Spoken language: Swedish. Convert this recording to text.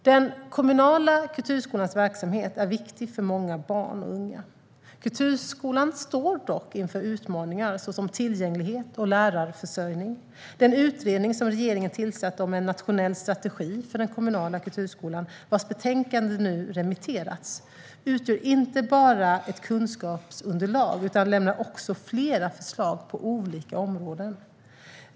Den kommunala kulturskolans verksamhet är viktig för många barn och unga. Kulturskolan står dock inför utmaningar såsom tillgänglighet och lärarförsörjning. Den utredning som regeringen tillsatt om en nationell strategi för den kommunala kulturskolan, vars betänkande nu remitterats, utgör inte bara ett kunskapsunderlag utan lämnar också flera förslag på olika områden.